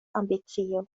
ambicio